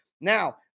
Now